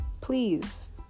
please